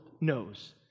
knows